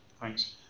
Thanks